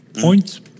points